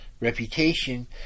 reputation